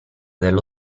dello